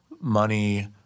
money